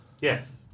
Yes